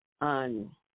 on